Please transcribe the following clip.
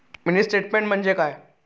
Mini statement म्हणजे काय?